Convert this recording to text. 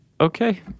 okay